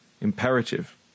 imperative